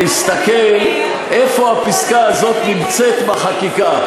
להסתכל איפה הפסקה הזאת נמצאת בחקיקה.